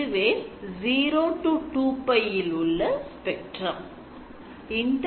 இதுவே 0 2 π இல் உள்ள spectrum